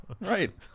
Right